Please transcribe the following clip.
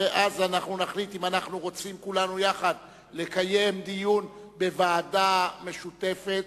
ואז נחליט אם אנחנו רוצים לקיים דיון בוועדה משותפת,